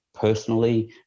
personally